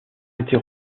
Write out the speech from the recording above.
était